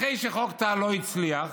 אחרי שחוק טל לא הצליח,